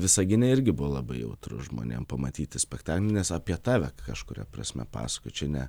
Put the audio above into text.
visagine irgi buvo labai jautru žmonėm pamatyti spektaklį nes apie tave kažkuria prasme pasakoja čia ne